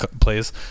plays